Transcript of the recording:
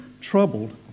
troubled